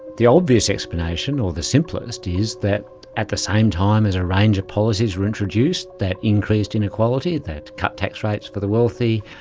the obvious explanation or the simplest is that at the same time as a range of policies were introduced that increased inequality, that cut tax rates for the wealthy,